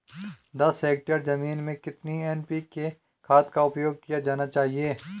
दस हेक्टेयर जमीन में कितनी एन.पी.के खाद का उपयोग किया जाना चाहिए?